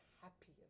happiest